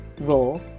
raw